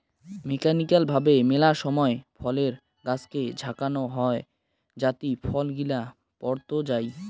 mechanical ভাবে মেলা সময় ফলের গাছকে ঝাঁকানো হই যাতি ফল গিলা পড়ত যাই